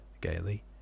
gaily